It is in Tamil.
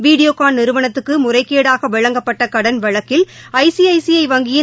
வீடியோகான் நிறுவனத்துக்கு முறைகேடாக வழங்கப்பட்ட கடன் வழக்கில் ஐ சி ஐ சி வங்கியின்